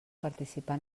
participar